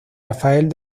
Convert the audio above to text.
rafael